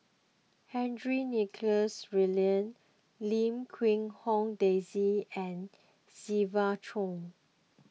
Henry Nicholas Ridley Lim Quee Hong Daisy and Siva Choy